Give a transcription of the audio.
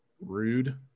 rude